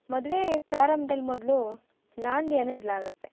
ಮದುವೆ ಪ್ರಾರಂಭ್ದಲ್ಲಿ ಮೊದಲು ನಾಂದಿಯನ್ನ ಇಡಲಾಗತ್ತೆ